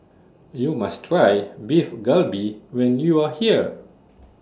YOU must Try Beef Galbi when YOU Are here